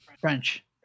French